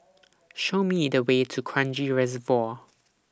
Show Me The Way to Kranji Reservoir